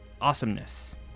awesomeness